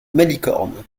malicorne